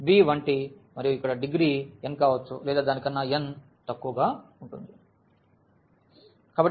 కాబట్టి బి1టి మరియు ఇక్కడ డిగ్రీ n కావచ్చు లేదా దాని కన్నాn తక్కువగా ఉంటుంది కాబట్టి బి మరియు tn